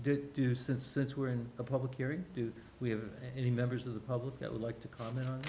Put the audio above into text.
did you since since we're in a public hearing do we have any members of the public that would like to comment on